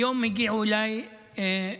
היום הגיעו אליי (אומר בערבית: